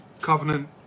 covenant